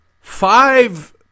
Five